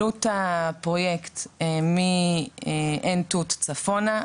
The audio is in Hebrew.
עלות הפרוייקט מעין תות צפונה,